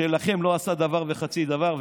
כשהוא לא עשה לכם דבר וחצי דבר,